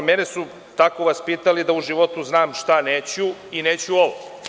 Mene su tako vaspitali da u životu znam šta neću i neću ovo.